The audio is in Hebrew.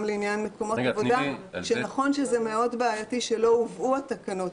גם לעניין מקומות עבודה נכון שזה מאוד בעייתי שלא הובאו התקנות,